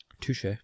Touche